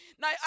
Now